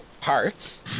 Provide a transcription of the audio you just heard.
parts